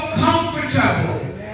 comfortable